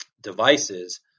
devices